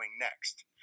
next